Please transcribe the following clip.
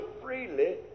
freely